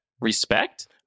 respect